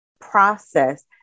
process